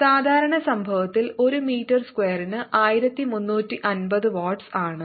സാധാരണ സംഭവത്തിൽ ഒരു മീറ്റർ സ്ക്വയറിന് 1350 വാട്ട്സ് ആണ്